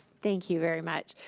thank you very much.